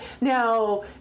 Now